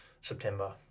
September